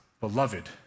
beloved